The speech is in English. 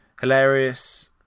hilarious